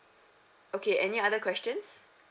okay any other questions